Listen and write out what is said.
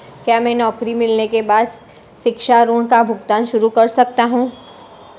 क्या मैं नौकरी मिलने के बाद शिक्षा ऋण का भुगतान शुरू कर सकता हूँ?